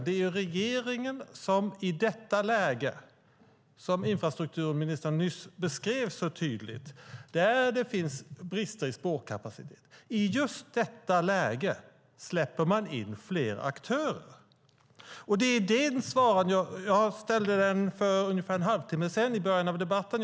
Det är regeringen som i just detta läge, där det finns brister i spårkapacitet - vilket infrastrukturministern nyss så tydligt beskrev - släpper in fler aktörer. Jag ställde frågan för ungefär en halvtimme sedan, i början av debatten.